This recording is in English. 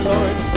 Lord